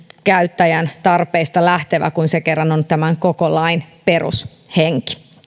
käyttäjän tarpeista lähtevä kun se kerran on tämän koko lain perushenki